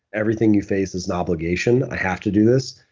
everything you face is an obligation, i have to do this,